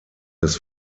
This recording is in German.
des